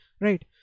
right